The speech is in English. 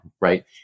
right